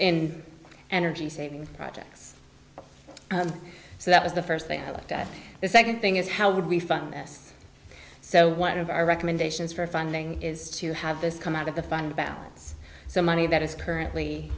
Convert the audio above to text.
and energy saving projects so that was the first thing i looked at the second thing is how would we fund s so one of our recommendations for funding is to have this come out of the fund balance so money that is currently